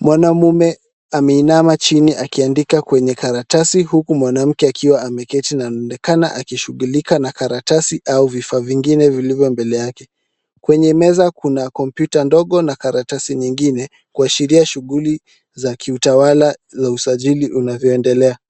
Mwanamume ameinama chini akiandika kwenye karatasi, huku mwanamke akiwa ameketi na anaonekana akishughulika na karatasi au vifaa vingine vilivyo mbele yake. Kwenye meza kuna kompyuta ndogo na karatasi nyingine, kuashiria shughuli za kiutawala za usajili unavyoendelea.